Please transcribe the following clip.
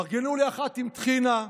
אז תארגנו לי אחת עם טחינה,